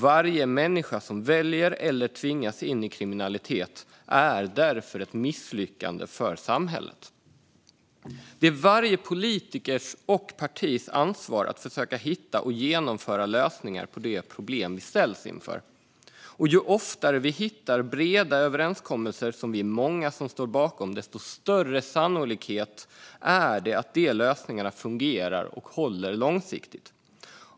Varje människa som väljer eller tvingas in i kriminalitet är därför ett misslyckande för samhället. Det är varje politikers och partis ansvar att försöka hitta och genomföra lösningar på de problem vi ställs inför. Ju oftare vi hittar breda överenskommelser som många står bakom, desto större är sannolikheten att lösningarna fungerar och håller långsiktigt.